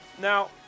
Now